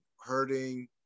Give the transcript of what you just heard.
hurting